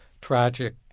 tragic